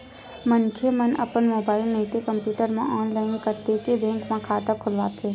मनखे मन अपन मोबाईल नइते कम्प्यूटर म ऑनलाईन कतको बेंक म खाता खोलवाथे